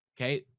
Okay